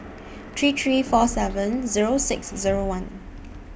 three three four seven Zero six Zero one